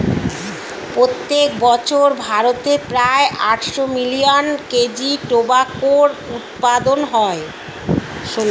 প্রত্যেক বছর ভারতে প্রায় আটশো মিলিয়ন কেজি টোবাকোর উৎপাদন হয়